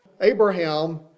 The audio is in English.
Abraham